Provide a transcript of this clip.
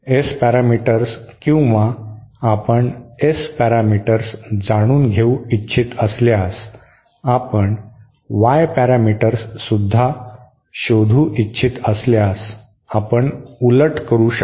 S parameters किंवा आपण S parameters जाणून घेऊ इच्छित असल्यास आणि आपण वाय पॅरामीटर्स सुद्धा शोधू इच्छित असल्यास आपण उलट करू शकतो